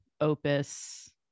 opus